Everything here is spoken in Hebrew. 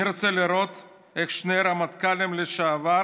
אני רוצה לראות איך שני רמטכ"לים לשעבר